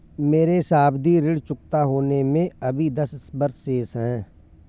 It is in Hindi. मेरे सावधि ऋण चुकता होने में अभी दस वर्ष शेष है